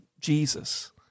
Jesus